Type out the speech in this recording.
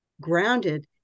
Grounded